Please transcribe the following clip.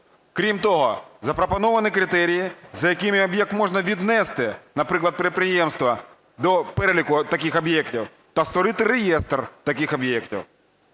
Крім того, запропоновані критерії, за якими об'єкт можна віднести, наприклад підприємство, до переліку таких об'єктів та створити реєстр таких об'єктів.